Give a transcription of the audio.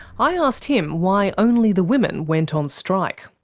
i asked him why only the women went on strike.